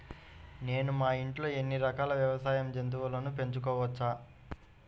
నేను మా ఇంట్లో ఎన్ని రకాల వ్యవసాయ జంతువులను పెంచుకోవచ్చు?